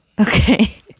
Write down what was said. Okay